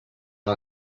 una